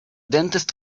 dentist